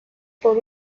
por